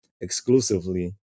exclusively